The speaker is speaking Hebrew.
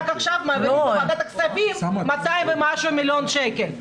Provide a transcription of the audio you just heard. רק עכשיו מעבירים בוועדת הכספים מאתיים ומשהו מיליון שקל,